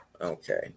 Okay